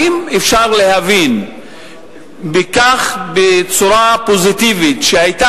האם אפשר להבין מכך בצורה פוזיטיבית שהיתה